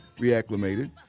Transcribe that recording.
reacclimated